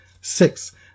Six